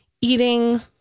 eating